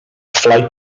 flight